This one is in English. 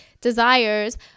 desires